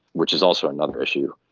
which is also another issue,